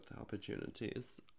opportunities